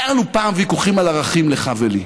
היו לנו פעם ויכוחים על ערכים, לך ולי.